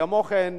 וכמו כן,